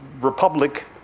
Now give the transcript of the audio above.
republic